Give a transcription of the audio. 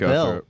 Bill